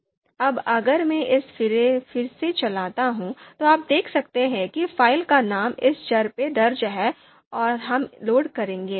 अब अगर मैं इसे फिर से चलाता हूं तो आप देख सकते हैं कि फ़ाइल का नाम इस चर में दर्ज है और हम इसे लोड करेंगे